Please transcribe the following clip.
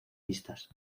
vistas